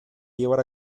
llevar